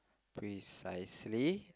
precisely